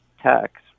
tax